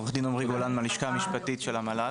עוה"ד עמרי גולן מהלשכה המשפטית של המל"ג.